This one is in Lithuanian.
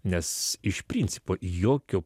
nes iš principo jokio